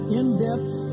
in-depth